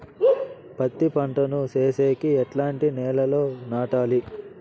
పత్తి పంట ను సేసేకి ఎట్లాంటి నేలలో నాటాలి?